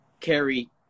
carry